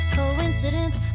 coincidence